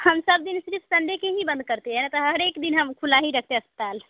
हम सब दिन सिर्फ संडे के ही बंद करते है न तो हर एक दिन हम खुला ही रखते अस्पताल